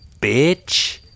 bitch